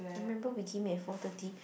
I remember we came in at four thirty